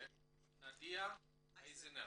נדיה אייזנר,